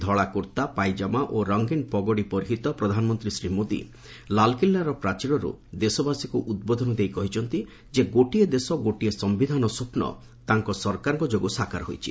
ଧଳା କୁର୍ତ୍ତା ପାଇକାମା ଓ ରଙ୍ଗୀନ ପଗଡ଼ି ପରିହିତ ପ୍ରଧାନମନ୍ତ୍ରୀ ଶ୍ରୀ ମୋଦି ଲାଲ୍କିଲ୍ଲାର ପ୍ରାଚୀରରୁ ଦେଶବାସୀଙ୍କୁ ଉଦ୍ବୋଧନ ଦେଇ କହିଛନ୍ତି ଯେ ଗୋଟିଏ ଦେଶ ଗୋଟିଏ ସମ୍ଭିଧାନ ସ୍ୱପ୍ନ ତାଙ୍କ ସରକାରଙ୍କ ଯୋଗୁଁ ସାକାର ହୋଇଛି